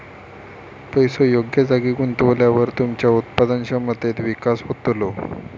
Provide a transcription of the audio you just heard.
पैसो योग्य जागी गुंतवल्यावर तुमच्या उत्पादन क्षमतेत विकास होतलो